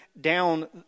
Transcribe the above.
down